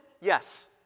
Yes